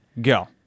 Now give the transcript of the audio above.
go